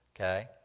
okay